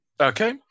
Okay